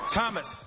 Thomas